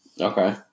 Okay